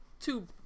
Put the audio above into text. two